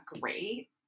great